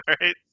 right